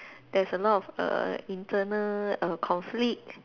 there's a lot of err internal err conflict